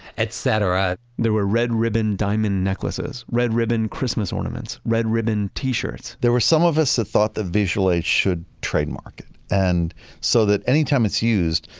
etc there were red-ribbon diamond necklaces, red-ribbon christmas ornaments. red-ribbon t-shirts there were some of us that thought the visual aids should trademark and so that anytime it's used,